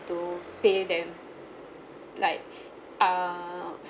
to pay them like err